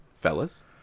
Fellas